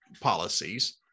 policies